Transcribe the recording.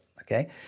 okay